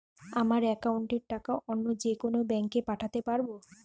আমার একাউন্টের টাকা অন্য যেকোনো ব্যাঙ্কে পাঠাতে পারব?